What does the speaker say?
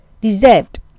deserved